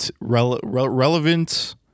relevant